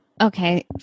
Okay